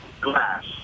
glass